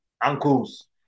uncles